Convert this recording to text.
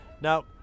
Now